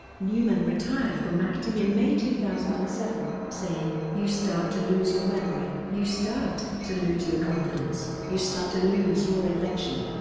newman retired from acting in may two thousand and seven, saying you start to lose your memory, you start to lose your confidence, you start to lose your invention.